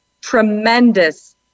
tremendous